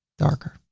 darker.